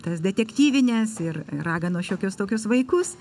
tas detektyvines ir raganos šiokius tokius vaikus